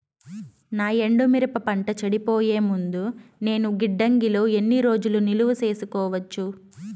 నా ఎండు మిరప పంట చెడిపోయే ముందు నేను గిడ్డంగి లో ఎన్ని రోజులు నిలువ సేసుకోవచ్చు?